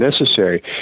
necessary